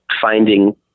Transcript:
finding